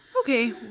okay